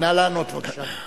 נא לענות, בבקשה.